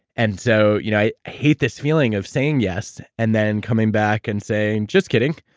and so, you know i hate this feeling of saying yes, and then, coming back and saying, just kidding,